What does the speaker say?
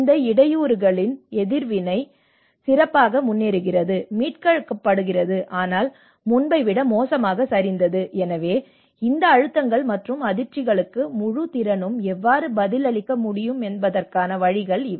இந்த இடையூறுக்கான எதிர்வினை சிறப்பாக முன்னேறுகிறது மீட்கப்படுகிறது ஆனால் முன்பை விட மோசமாக சரிந்தது எனவே இந்த அழுத்தங்கள் மற்றும் அதிர்ச்சிகளுக்கு முழு திறனும் எவ்வாறு பதிலளிக்க முடியும் என்பதற்கான வழிகள் இவை